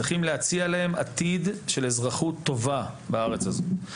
צריכים להציע להם עתיד של אזרחות טובה בארץ הזאת,